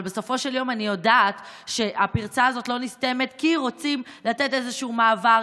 בסופו של יום אני יודעת שהפרצה הזאת לא נסתמת כי רוצים לתת איזשהו מעבר,